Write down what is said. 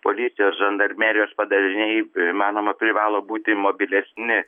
policijos žandarmerijos padaliniai manoma privalo būti mobilesni